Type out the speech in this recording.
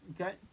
Okay